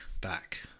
back